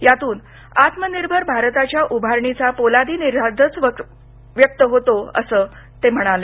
यातून आत्मनिर्भर भारताच्या उभारणीचा पोलादी निर्धारच व्यक्त होतो असं ते म्हणाले